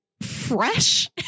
fresh